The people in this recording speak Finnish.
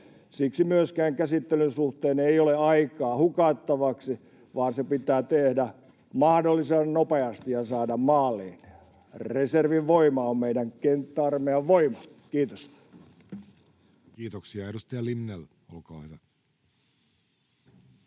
Siksi myöskään käsittelyn suhteen ei ole aikaa hukattavaksi, vaan se pitää tehdä mahdollisimman nopeasti ja saada maaliin. Reservin voima on meidän kenttäarmeijan voima. — Kiitos. [Speech 21] Speaker: